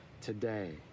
today